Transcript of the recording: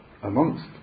amongst